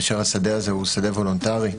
כאשר השדה הזה הוא שדה וולונטרי,